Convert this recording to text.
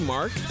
Mark